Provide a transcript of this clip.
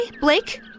blake